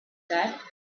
said